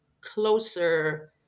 closer